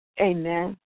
Amen